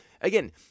again